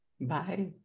Bye